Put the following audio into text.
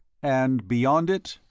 and beyond it?